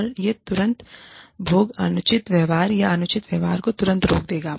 और यह तुरंत भोग अनुचित व्यवहार या अनुचित व्यवहार को तुरंत रोक देगा